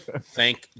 Thank